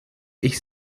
ich